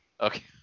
okay